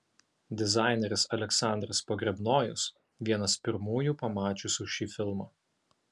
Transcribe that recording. dizaineris aleksandras pogrebnojus vienas pirmųjų pamačiusių šį filmą